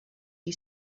you